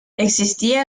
existía